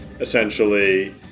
essentially